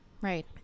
right